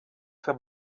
für